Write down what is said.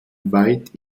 weit